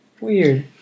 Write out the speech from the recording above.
Weird